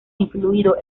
incluido